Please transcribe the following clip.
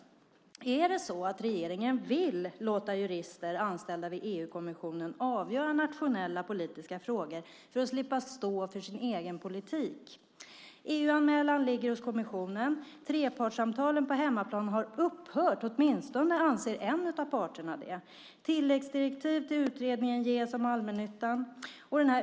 Är det så att regeringen vill låta jurister anställda vid EU-kommissionen avgöra nationella politiska frågor för att slippa stå för sin egen politik? EU-anmälan ligger hos kommissionen. Trepartssamtalen på hemmaplan har upphört. Åtminstone anser en av parterna det. Tilläggsdirektiv till utredningen om allmännyttan ges.